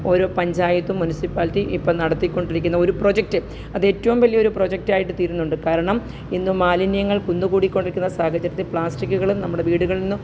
ഒരോ പഞ്ചായത്തും മുന്സിപ്പാലിറ്റിയും ഇപ്പോൾ നടത്തിക്കൊണ്ടിരിക്കുന്ന ഒരു പ്രൊജക്റ്റ് അത് ഏറ്റവും വലിയ ഒരു പ്രൊജക്റ്റായിട്ട് തീരുന്നുണ്ട് കാരണം ഇന്ന് മാലിന്യങ്ങള് കുന്നുകൂടി കൊണ്ടിരിക്കുന്ന സാഹചര്യത്തിൽ പ്ലാസ്റ്റിക്കുകള് നമ്മുടെ വീടുകളില് നിന്ന്